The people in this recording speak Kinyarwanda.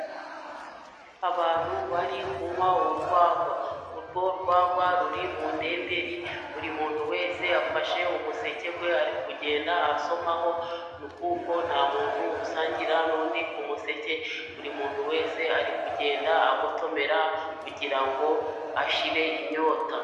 Abantu bari kunywa ugwagwa urwo gwagwa ruri mundenderi buri muntu wese afashe umuseke we ari kugenda asomaho kuko nta muntu usangira n'undi ku museke buri muntu wese ari kugenda agotomera kugira ngo ashire inyota.